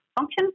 function